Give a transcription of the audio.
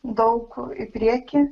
daug į priekį